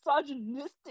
misogynistic